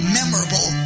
memorable